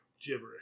gibberish